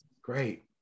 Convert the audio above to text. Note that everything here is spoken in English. Great